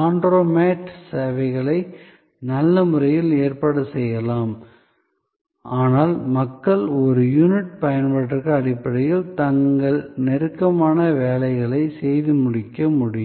laundromat சேவைகளை நல்ல முறையில் ஏற்பாடு செய்யலாம் ஆனால் மக்கள் ஒரு யூனிட் பயன்பாட்டு அடிப்படையில் தங்கள் நெருக்கமான வேலைகளைச் செய்து முடிக்க முடியும்